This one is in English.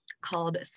called